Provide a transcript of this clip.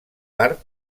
part